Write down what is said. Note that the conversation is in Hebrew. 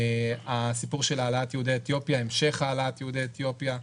הסיפור של המשך העלאת יהודי אתיופיה,